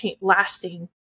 lasting